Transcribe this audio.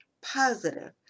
positive